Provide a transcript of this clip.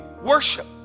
worship